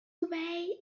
way